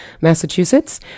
Massachusetts